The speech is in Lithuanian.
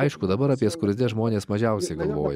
aišku dabar apie skruzdes žmonės mažiausiai galvoja